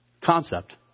concept